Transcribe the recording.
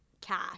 cash